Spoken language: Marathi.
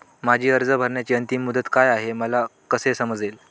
माझी कर्ज भरण्याची अंतिम मुदत काय, हे मला कसे समजेल?